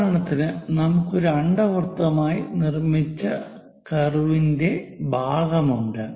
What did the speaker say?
ഉദാഹരണത്തിന് നമുക്ക് ഒരു അണ്ഡവൃത്തമായി നിർമ്മിച്ച കർവ്ന്റെ ഭാഗം ഉണ്ട്